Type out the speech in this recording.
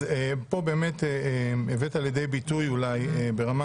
אז פה באמת הבאת לידי ביטוי אולי ברמה